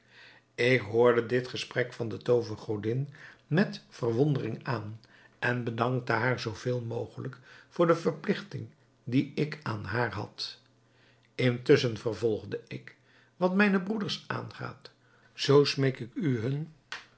ik hoorde dit gesprek van de toovergodin met verwondering aan en bedankte haar zoo veel mogelijk voor de verpligting die ik aan haar had intusschen vervolgde ik wat mijne broeders aangaat zoo smeek ik u hun